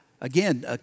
again